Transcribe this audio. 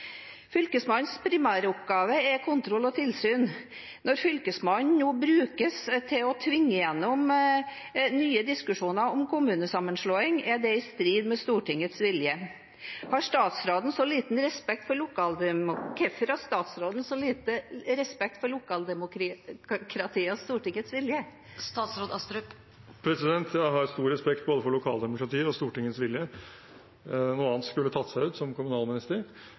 Fylkesmannens primæroppgave er kontroll og tilsyn. Når Fylkesmannen nå brukes til å tvinge gjennom nye diskusjoner om kommunesammenslåing, er det i strid med Stortingets vilje. Hvorfor har statsråden så liten respekt for lokaldemokratiet og Stortingets vilje? Jeg har stor respekt både for lokaldemokratiet og for Stortingets vilje, noe annet skulle tatt seg ut for en kommunalminister.